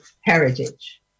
heritage